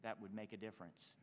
that would make a difference